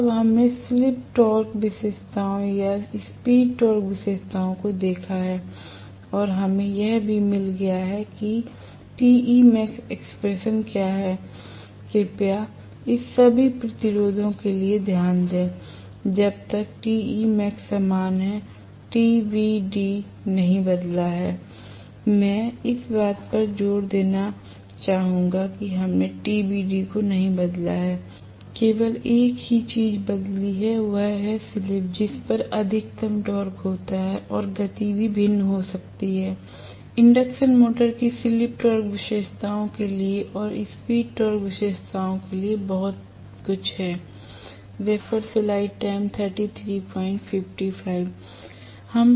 तो अब हमने स्लिप टॉर्क विशेषताओं या स्पीड टॉर्क विशेषताओं को देखा है और हमें यह भी मिल गया है कि Temax एक्सप्रेशन क्या है कृपया इस सभी प्रतिरोधों के लिए ध्यान दें जब तक Temax समान है TBD नहीं बदला है मैं इस बात पर जोर देना चाहूंगा कि हमने TBD को नहीं बदला है केवल एक चीज जो बदली है वह स्लिप है जिस पर अधिकतम टॉर्क होता है और गति भी भिन्न हो सकती है इंडक्शन मोटर की स्लिप टॉर्क विशेषताओं के लिए और स्पीड टॉर्क विशेषताओं के लिए बहुत कुछ है